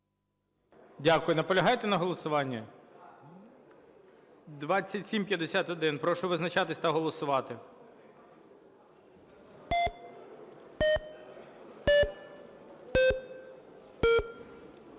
Дякую. Ставлю на голосування 2821. Прошу визначатись та голосувати.